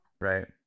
Right